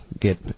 get